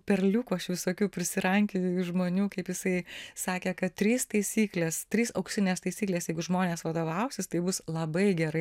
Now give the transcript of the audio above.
perliukų aš visokių prisirankioju iš žmonių kaip jisai sakė kad trys taisyklės trys auksinės taisyklės jeigu žmonės vadovausis tai bus labai gerai